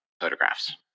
photographs